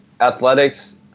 athletics